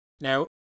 Now